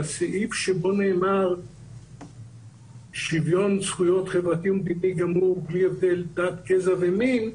בסעיף שבו נאמר שוויון זכויות חברתי ומדיני גמור בלי הבדל דת גזע ומין,